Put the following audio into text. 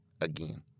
Again